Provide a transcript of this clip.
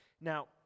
now